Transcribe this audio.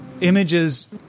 images